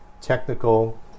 technical